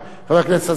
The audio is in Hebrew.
חבר הכנסת אזולאי,